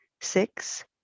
six